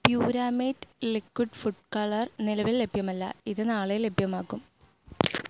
പ്യുരാമേറ്റ് liquid food colour നിലവിൽ ലഭ്യമല്ല ഇത് നാളെ ലഭ്യമാകും